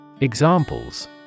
Examples